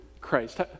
Christ